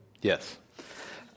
Yes